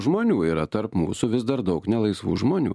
žmonių yra tarp mūsų vis dar daug nelaisvų žmonių